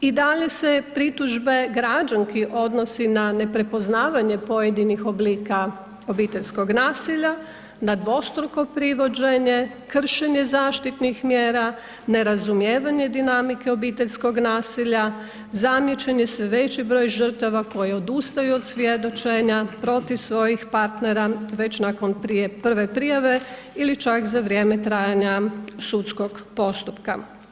I dalje se pritužbe građanki odnosi na neprepoznavanje pojedinih oblika obiteljskog nasilja, na dvostruko privođenje, kršenje zaštitnih mjera, nerazumijevanje dinamike obiteljskog nasilja, zamijećeni su veći broj žrtava koje odustaju od svjedočenja protiv svojih partera već nakon prve prijave ili čak za vrijeme trajanja sudskog postupka.